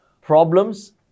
Problems